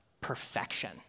perfection